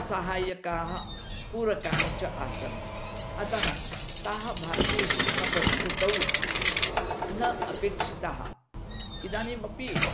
साहाय्यकाः पूर्वकानि च आसन् अतः ताः भारतीयशिक्षणपद्धत्तौ न अपेक्षिताः इदानीम् अपि